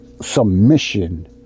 submission